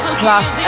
plus